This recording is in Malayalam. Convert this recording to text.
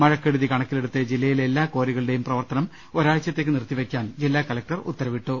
മഴക്കെടുതി കണക്കിലെടുത്ത് ജില്ലയിലെ എല്ലാ ക്വാറികളുടെയും പ്രവർത്തനം ഒരാഴ്ചത്തേക്ക് നിർത്തി വെക്കാൻ ജില്ലാകലക്ടർ ഉത്തരവിട്ടു